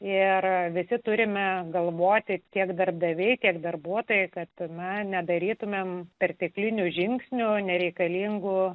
ir visi turime galvoti tiek darbdaviai tiek darbuotojai kaltina nedarytumėm perteklinių žingsnių nereikalingų